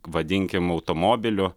vadinkim automobiliu